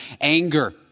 anger